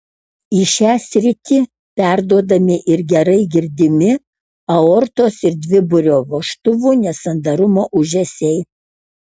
į šią sritį perduodami ir gerai girdimi aortos ir dviburio vožtuvų nesandarumo ūžesiai